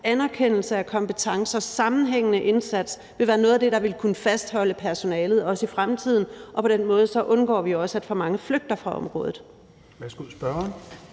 og anerkendelse af kompetence og sammenhængende indsatser vil være noget af det, der vil kunne fastholde personalet også i fremtiden. På den måde undgår vi også, at for mange flygter fra området.